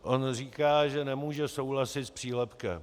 On říká, že nemůže souhlasit s přílepkem.